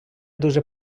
дуже